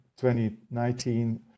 2019